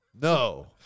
No